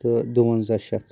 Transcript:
تہٕ دُونزا شیٚتھ